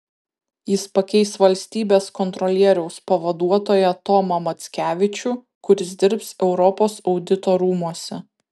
jis pakeis valstybės kontrolieriaus pavaduotoją tomą mackevičių kuris dirbs europos audito rūmuose